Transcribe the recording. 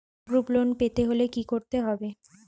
Group loan পেতে হলে কি করতে হবে?